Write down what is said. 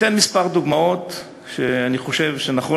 אתן כמה דוגמאות שאני חושב שנכון